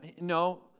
No